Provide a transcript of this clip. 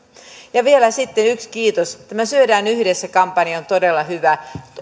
vielä sitten yksi kiitos tämä syödään yhdessä kampanja on todella hyvä